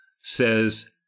says